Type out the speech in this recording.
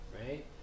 right